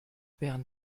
während